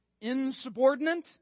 insubordinate